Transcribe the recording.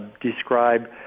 describe